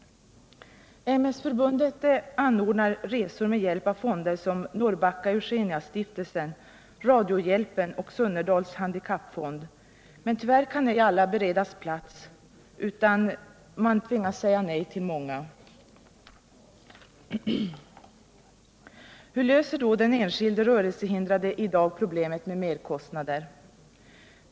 Ms-förbundet anordnar resor med hjälp av fonder som Norrbacka-Eugceniastiftelsen, Radiohjälpen och Sunnerdahls handikappfond. Men tyvärr kan inte alla beredas plats, utan man tvingas säga nej till många. Hur löser då den enskilde rörelsehindrade i dag problemet med merkostnader?